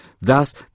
Thus